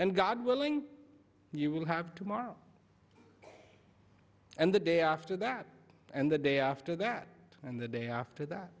and god willing you will have tomorrow and the day after that and the day after that and the day after that